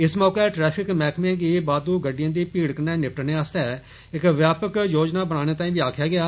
इस मौके ट्रैफिक मैह्कमें गी बादु गड़िडए दी मीड़ कन्नै निपटने आस्तै इक व्यापक योजना बनाने ताई बी आक्खेआ गेआ